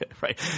right